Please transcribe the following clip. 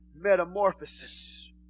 metamorphosis